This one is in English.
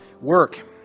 work